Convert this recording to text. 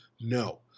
No